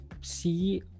see